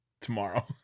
Tomorrow